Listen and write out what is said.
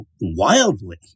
wildly